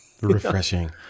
refreshing